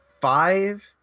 five